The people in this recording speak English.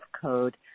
Code